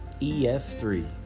EF3